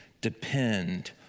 depend